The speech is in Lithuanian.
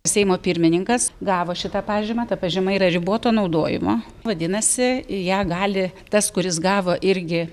seimo pirmininkas gavo šitą pažymą ta pažyma yra riboto naudojimo vadinasi ją gali tas kuris gavo irgi